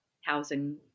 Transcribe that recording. housing